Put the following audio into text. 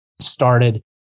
started